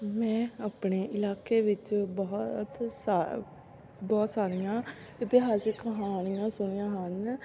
ਮੈਂ ਆਪਣੇ ਇਲਾਕੇ ਵਿੱਚ ਬਹੁਤ ਸਾ ਬਹੁਤ ਸਾਰੀਆਂ ਇਤਿਹਾਸਿਕ ਕਹਾਣੀਆਂ ਸੁਣੀਆਂ ਹਨ